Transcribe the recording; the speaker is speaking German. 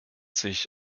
sich